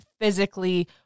physically